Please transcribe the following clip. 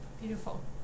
Beautiful